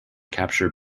capture